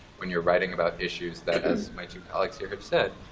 when you're writing about issues that, as my two colleagues here have said,